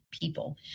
people